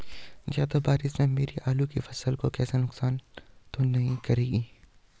ज़्यादा बारिश मेरी आलू की फसल को नुकसान तो नहीं करेगी?